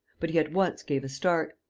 but he at once gave a start.